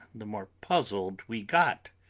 the more puzzled we got,